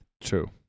True